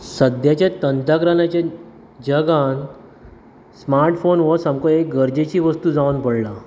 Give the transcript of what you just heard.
सद्द्याचें तंत्रज्ञानाचें जगांत स्मार्टफोन हो सामको एक गरजेची वस्तू जावन पडला